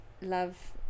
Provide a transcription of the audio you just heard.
love